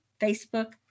facebook